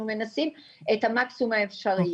אנחנו מנסים את המקסימום האפשרי.